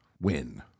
win